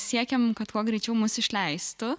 siekėm kad kuo greičiau mus išleistų